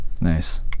Nice